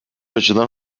açıdan